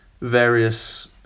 various